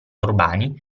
urbani